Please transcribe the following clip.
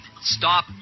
Stop